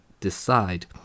decide